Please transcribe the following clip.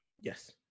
Yes